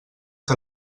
que